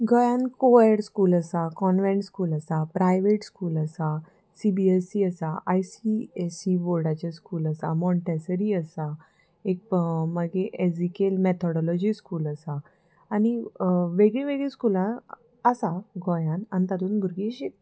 गोंयान coed school आसा convent school आसा प्रायवेट स्कूल आसा सी बी एस सी आसा आय सी एस सी बोर्डाचे स्कूल आसा मॉंटेसरी आसा एक मागीर एस इकेल मॅथोडोलॉजी स्कूल आसा आनी वेगळीं वेगळीं स्कुलां आसा गोंयान आनी तातूंत भुरगीं शिकता